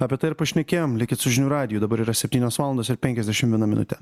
apie tai ir pašnekėjom likit su žinių radiju dabar yra septynios valandos ir penkiasdešim viena minutė